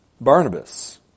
Barnabas